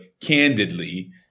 candidly